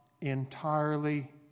entirely